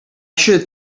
should